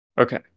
Okay